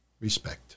Respect